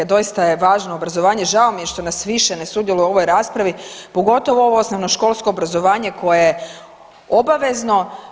Doista je važno obrazovanje, žao mi je što nas više ne sudjeluje u ovoj raspravi, pogotovo ovo osnovnoškolsko obrazovanje koje je obavezno.